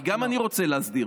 כי גם אני רוצה להסדיר.